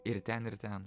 ir ten ir ten